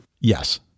Yes